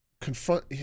confront